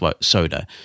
soda